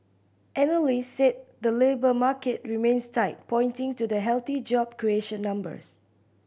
analysts said the labour market remains tight pointing to the healthy job creation numbers